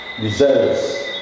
deserves